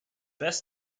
best